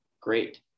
great